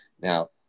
Now